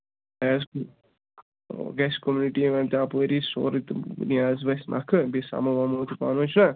گَژھِ community event تہِ اَپٲری سورُے تہٕ نِیاض وَسہِ نَکھٕ بیٚیہِ سَمو وَمو تہِ پانہٕ ؤنۍ چھُنہ